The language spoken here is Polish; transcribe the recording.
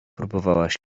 próbowałaś